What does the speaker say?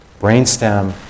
Brainstem